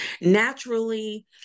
Naturally